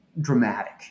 dramatic